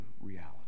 reality